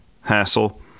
hassle